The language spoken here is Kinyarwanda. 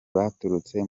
baturutse